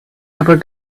ever